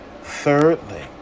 thirdly